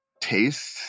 taste